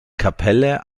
kapelle